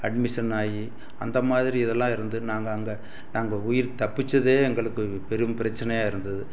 admission ஆகி அந்தமாதிரி இதெல்லாம் இருந்து நாங்கள் அங்கே நாங்கள் உயிர் தப்பித்ததே எங்களுக்கு பெரும் பிரச்சினையா இருந்தது